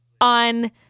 on